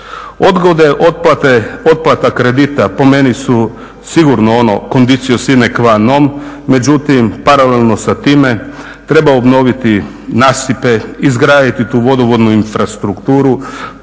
Odgode otplata kredita po meni su sigurno ono conditio sine qua non međutim paralelno sa time treba obnoviti nasipe, izgraditi tu vodovodnu infrastrukturu,